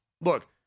look